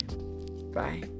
Bye